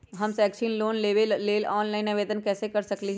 हम शैक्षिक लोन लेबे लेल ऑनलाइन आवेदन कैसे कर सकली ह?